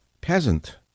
peasant